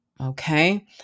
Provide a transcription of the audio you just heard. okay